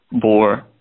bore